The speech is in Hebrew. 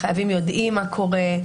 החייבים יודעים מה קורה.